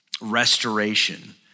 restoration